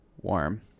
warm